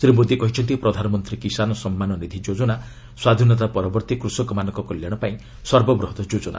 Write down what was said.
ଶ୍ରୀ ମୋଦି କହିଛନ୍ତି ପ୍ରଧାନମନ୍ତ୍ରୀ କିଷାନ ସମ୍ମାନ ନିଧି ଯୋଜନା ସ୍ୱାଧୀନତା ପରବର୍ତ୍ତୀ କୃଷକମାନଙ୍କ କଲ୍ୟାଶପାଇଁ ସର୍ବବୃହତ୍ ଯୋଜନା